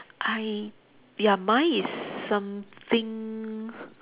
I ya mine is something